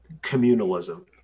communalism